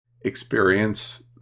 experience